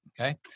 Okay